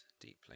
deeply